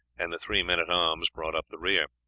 and the three men-at-arms brought up the rear.